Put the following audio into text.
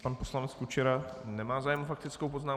Pan poslanec Kučera nemá zájem o faktickou poznámku.